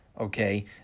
Okay